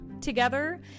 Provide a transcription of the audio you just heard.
together